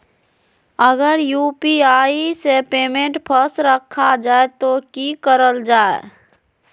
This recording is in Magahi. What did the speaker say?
अगर यू.पी.आई से पेमेंट फस रखा जाए तो की करल जाए?